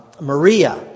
Maria